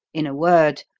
in a word,